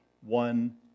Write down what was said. one